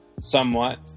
somewhat